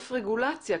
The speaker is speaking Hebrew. עודף רגולציה,